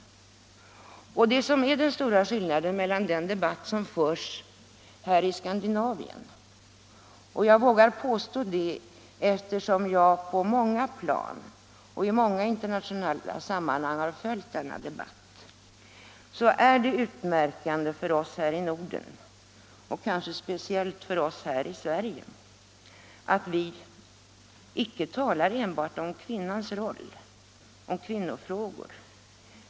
Det är, som sagt, stor skillnad mellan den debatt som förs här i Skandinavien och den som förs på andra håll i världen. Eftersom jag på många plan och i många internationella sammanhang följt denna debatt vågar jag påstå att det är utmärkande för oss här i Norden, och kanske speciellt för oss här i Sverige, att vi icke talar enbart om kvinnans roll, om kvinnofrågor.